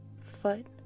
foot